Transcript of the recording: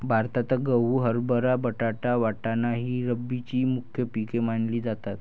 भारतात गहू, हरभरा, बटाटा, वाटाणा ही रब्बीची मुख्य पिके मानली जातात